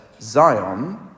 Zion